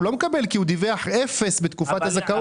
הוא לא מקבל כי הוא דיווח על אפס בתקופת הזכאות.